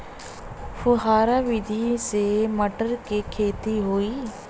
फुहरा विधि से मटर के खेती होई